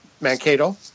Mankato